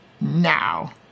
now